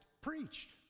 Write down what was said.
preached